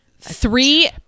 three